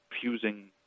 fusing